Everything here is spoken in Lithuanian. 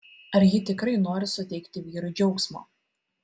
ar ji tikrai nori suteikti vyrui džiaugsmo